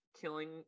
killing